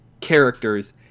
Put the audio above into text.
characters